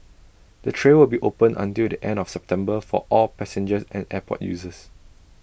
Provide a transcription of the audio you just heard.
the trail will be open until the end of September for all passengers and airport users